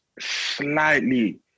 slightly